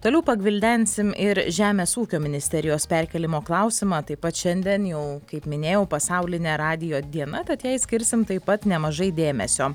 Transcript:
toliau pagvildensim ir žemės ūkio ministerijos perkėlimo klausimą taip pat šiandien jau kaip minėjau pasaulinė radijo diena tad jai skirsim taip pat nemažai dėmesio